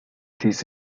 this